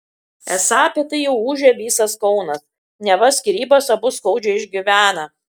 esą apie tai jau ūžia visas kaunas neva skyrybas abu skaudžiai išgyvena